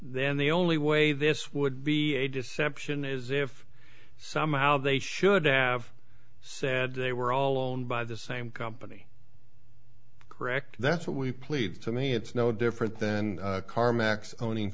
then the only way this would be a deception is if somehow they should have said they were all owned by the same company correct that's what we plead to me it's no different than